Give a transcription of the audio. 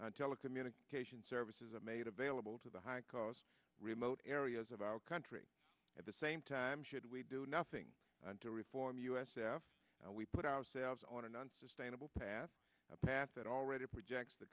the telecommunications services are made available to the high cost remote areas of our country at the same time should we do nothing to reform us after we put ourselves on an unsustainable path a path that already projects the